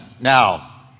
Now